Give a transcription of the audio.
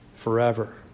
Forever